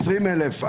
האם 20,000?